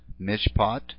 mishpat